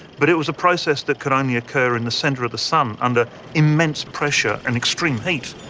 but it was a process that could only occur in the centre of the sun under immense pressure and extreme heat.